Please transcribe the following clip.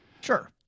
Sure